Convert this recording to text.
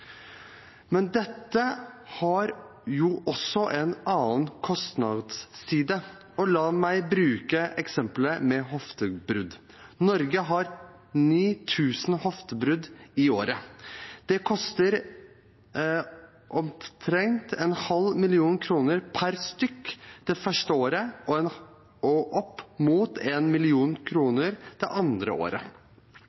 Men dette har jo også en annen kostnadsside, og la meg bruke eksemplet med hoftebrudd. Norge har 9 000 hoftebrudd i året. Det koster omtrent en halv million kroner per stykk det første året, og opp mot